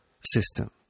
system